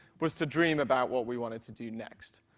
was to dream about what we wanted to do next.